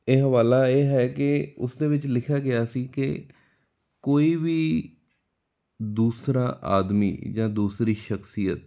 ਇਹ ਹਵਾਲਾ ਇਹ ਹੈ ਕਿ ਉਸਦੇ ਵਿੱਚ ਲਿਖਿਆ ਗਿਆ ਸੀ ਕਿ ਕੋਈ ਵੀ ਦੂਸਰਾ ਆਦਮੀ ਜਾਂ ਦੂਸਰੀ ਸ਼ਖਸੀਅਤ